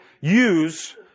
use